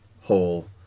whole